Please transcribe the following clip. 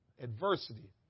adversity